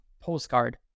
postcard